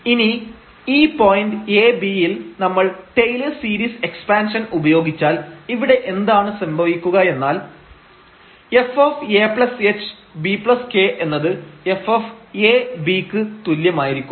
ഇനി ഈ point ab യിൽ നമ്മൾ ടെയ്ലെഴ്സ് സീരീസ് എക്സ്പാൻഷൻ ഉപയോഗിച്ചാൽ ഇവിടെ എന്താണ് സംഭവിക്കുകയെന്നാൽ fahbk എന്നത് fab ക്ക് തുല്യമായിരിക്കും